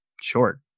short